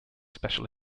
special